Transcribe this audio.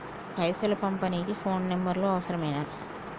పైసలు పంపనీకి phone number అవసరమేనా?